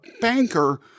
banker